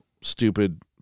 stupid